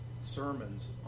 Sermons